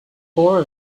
four